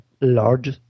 large